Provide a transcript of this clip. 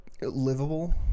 livable